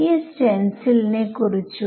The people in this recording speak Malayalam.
എങ്ങനെ ഇവ ഡിസ്ക്രിടൈസ് ചെയ്യും